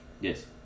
Yes